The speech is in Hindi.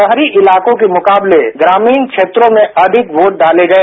शहरी इलाकों के मुकाबले ग्रामीण क्षेत्रों में अधिक वोट डाले गए